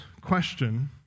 question